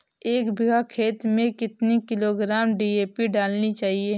एक बीघा खेत में कितनी किलोग्राम डी.ए.पी डालनी चाहिए?